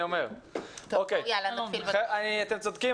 אתם צודקים,